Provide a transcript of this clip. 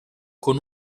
con